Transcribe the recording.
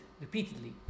repeatedly